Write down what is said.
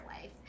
life